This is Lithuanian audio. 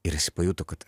ir pajuto kad